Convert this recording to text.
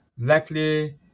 likely